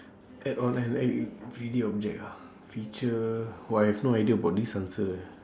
add on an everyday object ah feature !wah! I have no idea about this answer